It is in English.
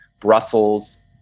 Brussels